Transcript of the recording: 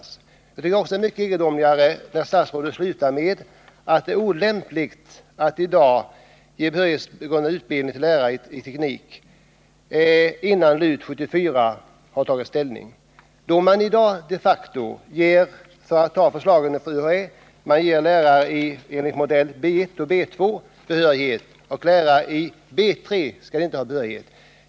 Det är också enligt min mening mycket egendomligt att statsrådet slutar sitt svar med att säga att det är olämpligt att nu ge behörighetsgrundande utbildning av lärare i teknik innan LUT 74 har tagit ställning. I dag ger man de facto, enligt förslagen från UHÄ, lärare enligt modellerna B1 och B2 behörighet, medan lärare enligt modell B 3 inte skall ha behörighet.